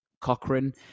Cochrane